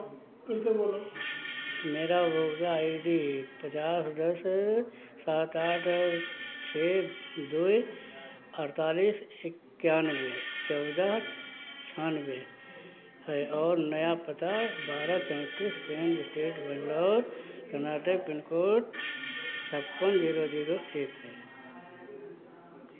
मेरा उपभोक्ता I D पचास दस सात आठ और छः दो अड़तालीस इक्यानवे चौदह छानवे है और नया पता बारा चौंतीस Ben street Bangalore Karnataka pin code छप्पन जीरो जीरो एक है